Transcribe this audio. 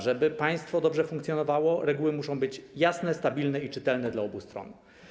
Żeby państwo dobrze funkcjonowało, reguły muszą być jasne, stabilne i czytelne dla obu stron.